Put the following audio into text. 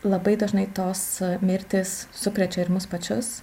labai dažnai tos mirtys sukrečia ir mus pačius